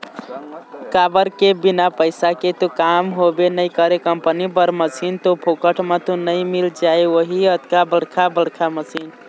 काबर के बिना पइसा के तो काम होबे नइ करय कंपनी बर मसीन तो फोकट म तो नइ मिल जाय ओ भी अतका बड़का बड़का मशीन